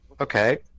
Okay